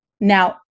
Now